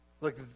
Look